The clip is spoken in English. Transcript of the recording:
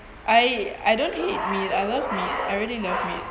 I I don't hate meat I love meat I really love meat